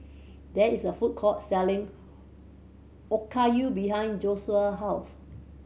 there is a food court selling Okayu behind Josiah house